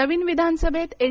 नवीन विधानसभेत एन